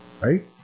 right